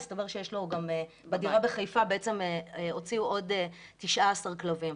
הסתבר שיש לו גם בדירה בחיפה בעצם הוציאו עוד 19 כלבים.